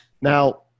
Now